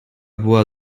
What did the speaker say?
była